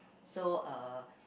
so uh